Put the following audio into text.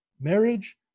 marriage